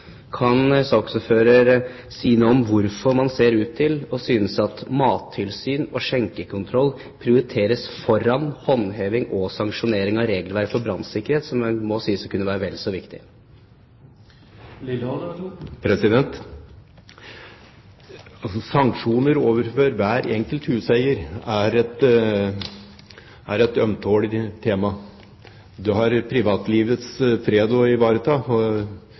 Kan saksordføreren si noe om hvorfor man synes at mattilsyn og skjenkekontroll skal prioriteres foran håndheving av regelverket og sanksjonering ved brudd på regelverket for brannsikkerhet, som må kunne sies å være vel så viktig? Sanksjoner overfor hver enkelt huseier er et ømtålig tema. En har privatlivets fred å ivareta.